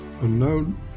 unknown